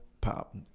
pop